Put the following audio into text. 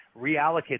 reallocate